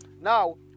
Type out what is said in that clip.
now